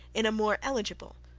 in a more eligible,